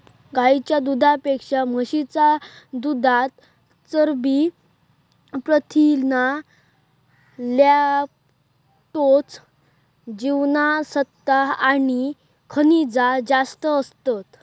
गाईच्या दुधापेक्षा म्हशीच्या दुधात चरबी, प्रथीना, लॅक्टोज, जीवनसत्त्वा आणि खनिजा जास्त असतत